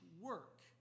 work